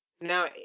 Now